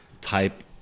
type